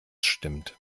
stimmt